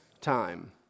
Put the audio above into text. time